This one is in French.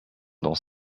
dans